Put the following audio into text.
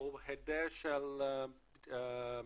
או היעדר של נזילות.